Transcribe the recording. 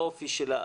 האופי שלה,